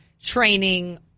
training